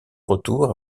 retour